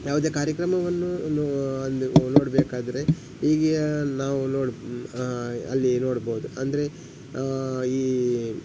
ಯಾವುದೇ ಕಾರ್ಯಕ್ರಮವನ್ನು ನೋ ಅಲ್ಲಿ ನೋಡಬೇಕಾದ್ರೆ ಹೀಗೆ ನಾವು ನೋಡಿ ಅಲ್ಲಿ ನೋಡಬಹುದು ಅಂದರೆ ಈ